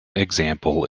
example